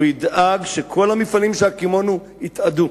הוא ידאג שכל המפעלים שהקימונו יתאדו.